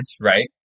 right